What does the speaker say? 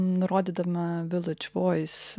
n rodydama village voice